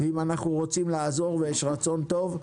אם אנחנו רוצים לעזור, ויש רצון טוב,